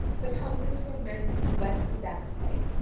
but hunger torments and whets his appetite,